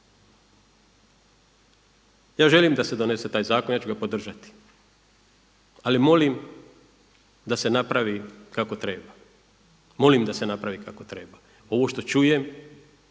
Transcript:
ja želim da se donese taj zakon, ja ću ga podržati, ali molim da se napravi kako treba. Ovo što čujem,